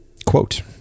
quote